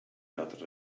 dat